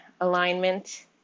alignment